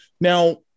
Now